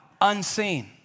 Unseen